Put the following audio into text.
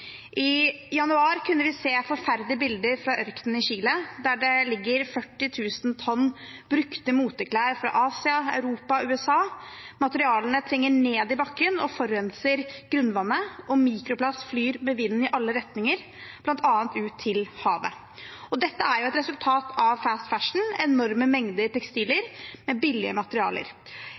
I januar kunne vi se forferdelige bilder fra ørkenen i Chile, der det ligger 40 000 tonn brukte moteklær fra Asia, Europa og USA. Materialene trenger ned i bakken og forurenser grunnvannet, og mikroplast flyr med vinden i alle retninger, bl.a. ut til havet. Dette er et resultat av «fast fashion», enorme mengder tekstiler med billige materialer.